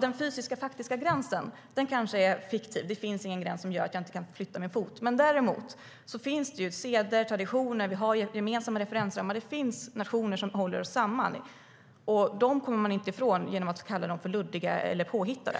Den fysiska, faktiska nationsgränsen är kanske fiktiv. Det finns ingen gräns som gör att jag inte kan flytta min fot. Men däremot finns seder, traditioner och gemensamma referensramar. Det finns nationer som håller oss samman. Dem kommer man inte ifrån genom att kalla dem luddiga eller påhittade.